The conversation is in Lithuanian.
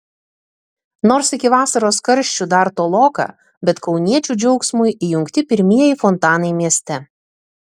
nors iki vasaros karščių dar toloka bet kauniečių džiaugsmui įjungti pirmieji fontanai mieste